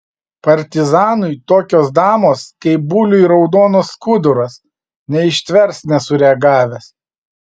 partizanui tokios damos kaip buliui raudonas skuduras neištvers nesureagavęs